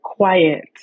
quiet